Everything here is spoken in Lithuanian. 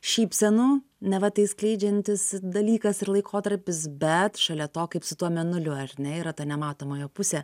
šypsenų neva tai skleidžiantis dalykas ir laikotarpis bet šalia to kaip su tuo mėnuliu ar ne yra ta nematoma jo pusė